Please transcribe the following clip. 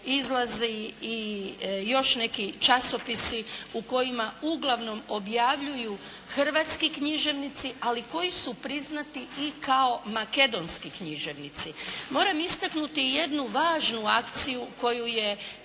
izlazi i još neki časopisi u kojima uglavnom objavljuju hrvatski književnici ali koji su priznati i kao makedonski književnici. Moram istaknuti i jednu važnu akciju koju je